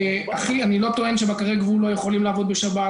אני לא טוען שבקרי גבול לא יכולים לעבוד בשבת,